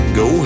go